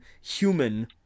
human